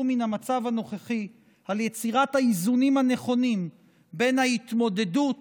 מן המצב הנוכחי על יצירת האיזונים הנכונים בין ההתמודדות